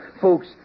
Folks